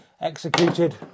executed